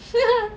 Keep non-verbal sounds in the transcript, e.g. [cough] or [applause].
[laughs]